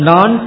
Non